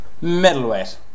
Middleweight